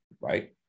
right